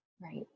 Right